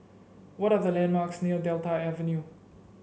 what are the landmarks near Delta Avenue